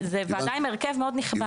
זו וועדה עם הרכב מאוד נכבד.